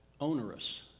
onerous